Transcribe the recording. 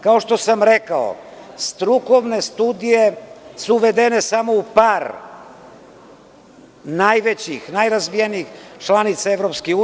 Kao što sam rekao, strukovne studije su uvedene samo u par najvećih i najrazvijenijih članica EU.